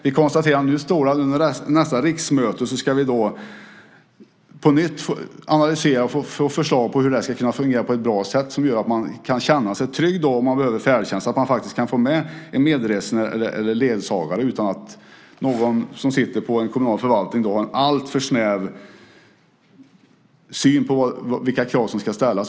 Jag konstaterar att det nu står att vi under nästa riksmöte på nytt ska analysera detta och få förslag om hur det ska kunna fungera på ett bra sätt som gör att man kan känna sig trygg för att man, om man behöver färdtjänst, faktiskt kan få ta med en medresenär eller ledsagare utan att någon som sitter på en kommunal förvaltning har en alltför snäv syn på vilka krav som ska ställas.